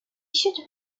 should